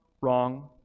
wrong